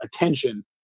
attention